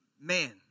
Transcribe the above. man